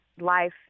life